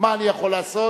מה אני יכול לעשות?